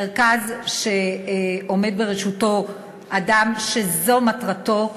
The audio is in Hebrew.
מרכז שעומד בראשותו אדם שזו מטרתו,